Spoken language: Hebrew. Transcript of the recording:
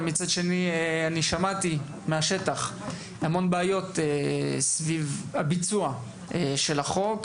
אבל מצד שני שמעתי מהשטח המון בעיות סביב הביצוע של החוק.